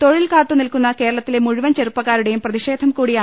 തൊഴിൽ കാത്തുനിൽക്കുന്ന കേരളത്തിലെ മുഴുവൻ ചെറുപ്പക്കാരുടെയും പ്രതിഷേധം കൂടിയാണ്